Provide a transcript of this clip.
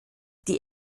die